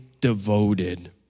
devoted